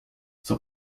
son